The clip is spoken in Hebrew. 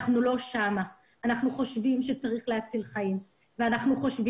אנחנו כן חושבים שצריך להציל חיים ואנחנו כן